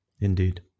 Indeed